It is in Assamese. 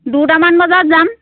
দুটামান বজাত যাম